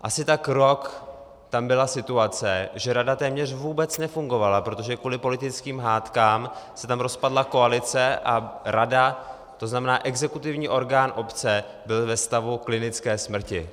Asi tak rok tam byla situace, že rada téměř vůbec nefungovala, protože kvůli politickým hádkám se tam rozpadla koalice a rada, to znamená exekutivní orgán obce, byla ve stavu klinické smrti.